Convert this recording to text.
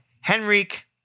Henrik